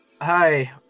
Hi